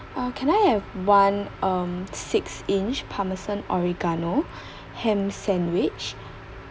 uh can I have one um six inch parmesan oregano ham sandwich